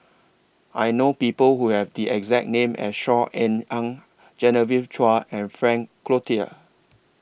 I know People Who Have The exact name as Saw Ean Ang Genevieve Chua and Frank Cloutier